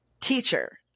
teacher